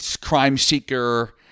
crime-seeker